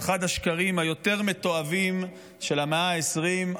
באחד השקרים היותר-מתועבים של המאה ה-20,